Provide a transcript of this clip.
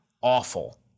awful